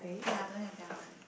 ya don't have that one